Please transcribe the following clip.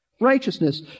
Righteousness